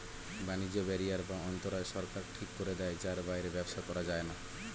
বাণিজ্য ব্যারিয়ার বা অন্তরায় সরকার ঠিক করে দেয় যার বাইরে ব্যবসা করা যায়না